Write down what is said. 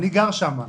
אני גר שם.